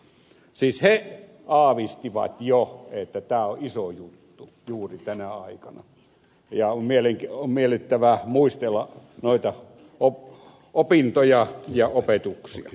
siis he aavistivat jo että tämä on iso juttu juuri tänä aikana ja on miellyttävää muistella noita opintoja ja opetuksia